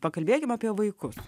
pakalbėkim apie vaikus